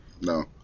No